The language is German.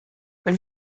wenn